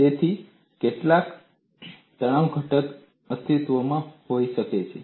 તેથી કેટલાક તણાવ ઘટક અસ્તિત્વમાં હોઈ શકે છે